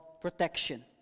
protection